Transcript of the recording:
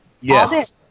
Yes